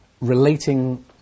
relating